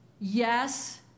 yes